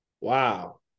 Wow